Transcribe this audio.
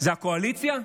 זה הקואליציה?